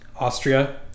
Austria